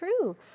true